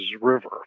River